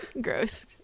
gross